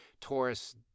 Taurus